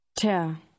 Ter